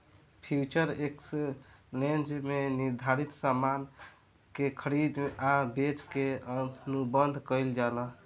future exchange में निर्धारित सामान के खरीदे आ बेचे के अनुबंध कईल जाला